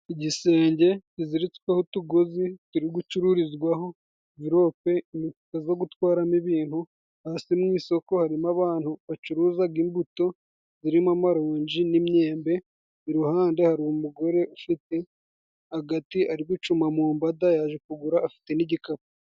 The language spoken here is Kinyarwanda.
Igisenge kiziritsweho utugozi turi gucururizwaho nvirope imifuka zo gutwaramo ibintu, hasi mu isoko harimo abantu bacuruzaga imbuto zirimo amaronji n'imyembe, iruhande hari umugore ufite agati ari gucuma mu mbaga yaje kugura, afite n'igikapu.